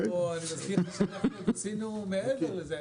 אני מזכיר שאנחנו עשינו מעבר לזה,